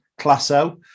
Classo